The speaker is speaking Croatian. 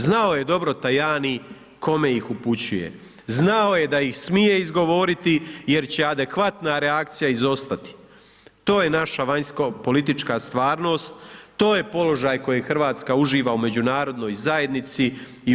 Znao je dobro Tajani kome ih upućuje, znao je da ih smije izgovoriti jer će adekvatna reakcija izostati, to je naša vanjsko politička stvarnost, to je položaj koji RH uživa u međunarodnoj zajednici i u EU.